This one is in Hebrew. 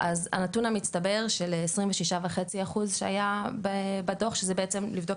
הנתון המצטבר של 26.5% שהיה בדו"ח שזה בעצם לבדוק